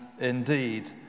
indeed